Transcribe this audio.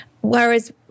Whereas